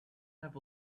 have